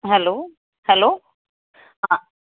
hello hello ਹਾਂ